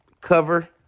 Cover